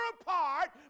apart